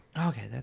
Okay